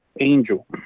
angel